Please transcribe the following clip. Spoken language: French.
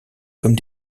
comme